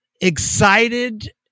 excited